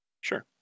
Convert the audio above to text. Sure